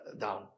down